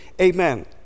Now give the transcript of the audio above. amen